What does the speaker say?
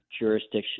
jurisdiction